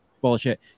bullshit